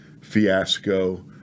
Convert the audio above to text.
fiasco